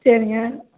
சரிங்க